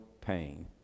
pain